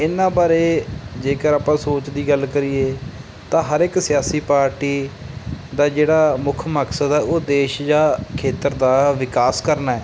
ਇਹਨਾਂ ਬਾਰੇ ਜੇਕਰ ਆਪਾਂ ਸੋਚ ਦੀ ਗੱਲ ਕਰੀਏ ਤਾਂ ਹਰ ਇੱਕ ਸਿਆਸੀ ਪਾਰਟੀ ਦਾ ਜਿਹੜਾ ਮੁੱਖ ਮਕਸਦ ਆ ਉਹ ਦੇਸ਼ ਜਾਂ ਖੇਤਰ ਦਾ ਵਿਕਾਸ ਕਰਨਾ